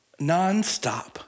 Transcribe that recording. Nonstop